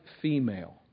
female